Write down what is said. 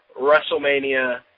WrestleMania